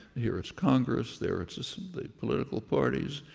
here, it's congress there, it's it's the political parties.